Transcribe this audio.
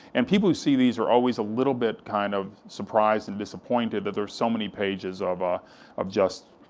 and people who see these are always a little bit kind of surprised and disappointed that there are so many pages of ah of just,